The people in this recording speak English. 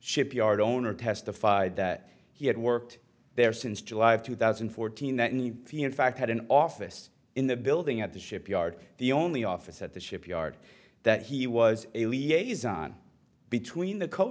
shipyard owner testified that he had worked there since july of two thousand and fourteen that need a fact had an office in the building at the shipyard the only office at the shipyard that he was a liaison between the code